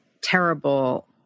terrible